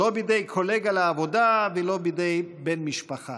לא בידי קולגה לעבודה ולא בידי בן משפחה.